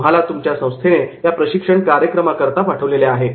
'तुम्हाला तुमच्या संस्थेने या प्रशिक्षण कार्यक्रमाकरिता पाठवलेले आहे